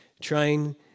trying